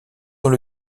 dans